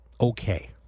okay